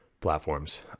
platforms